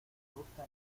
gusta